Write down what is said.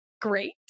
great